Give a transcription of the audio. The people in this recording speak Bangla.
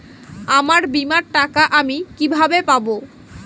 আমার বীমার টাকা আমি কিভাবে পাবো?